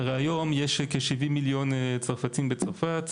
הרי היום יש כ-70 מיליון צרפתים בצרפת,